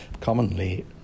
commonly